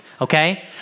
Okay